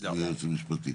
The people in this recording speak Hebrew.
אדוני היועץ המשפטי.